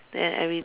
then every